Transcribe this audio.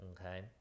okay